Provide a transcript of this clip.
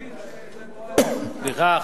סליחה,